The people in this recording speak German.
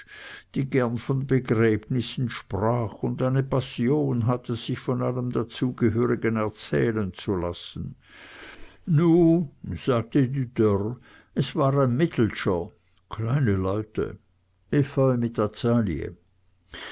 die gern von begräbnissen sprach und eine passion hatte sich von allem dazu gehörigen erzählen zu lassen nu sagte die dörr es war ein mittelscher kleine leute efeu mit azalie